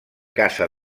caça